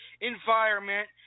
environment